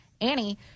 Annie